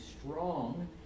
strong